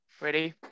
Ready